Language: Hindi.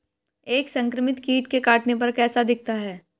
एक संक्रमित कीट के काटने पर कैसा दिखता है?